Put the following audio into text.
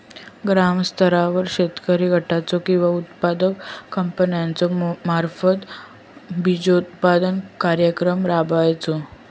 ग्रामस्तरावर शेतकरी गटाचो किंवा उत्पादक कंपन्याचो मार्फत बिजोत्पादन कार्यक्रम राबायचो?